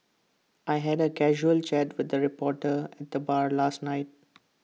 I had A casual chat with A reporter at the bar last night